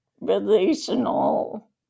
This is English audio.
relational